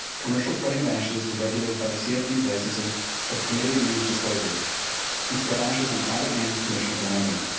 commercial spreading of ashes is regulated by the cfps licensing of cremated remains disposers who spread ashes on private land with permission of the landowner.